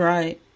Right